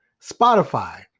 Spotify